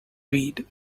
read